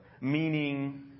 meaning